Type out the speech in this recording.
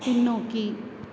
பின்னோக்கி